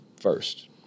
first